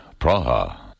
Praha